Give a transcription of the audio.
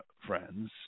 friends